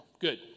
Good